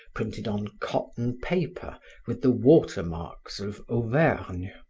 printed on cotton paper with the watermarks of auvergne.